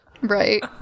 right